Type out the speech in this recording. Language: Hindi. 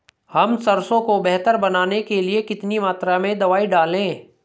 हम सरसों को बेहतर बनाने के लिए कितनी मात्रा में दवाई डालें?